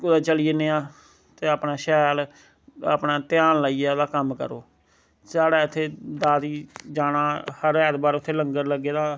कुते चली जन्ने आं ते अपने शैल अपने ध्यान लाइयै ते कम्म करो स्हाड़े इत्थै दाती जाना हर ऐतवार उत्थै लंगर लग्गे दा ऐ